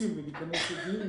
לוחצים להיכנס לדיון